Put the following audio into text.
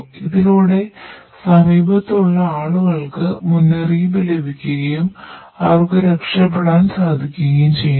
ഇതിലൂടെ സമീപത്തുള്ള ആളുകൾക്ക് മുന്നറിയിപ്പ് ലഭിക്കുകയും അവർക്കു രക്ഷപെടാൻ സാധിക്കുകയും ചെയ്യുന്നു